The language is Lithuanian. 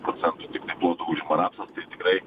procentų tiktai ploto užima rapsas tai tikrai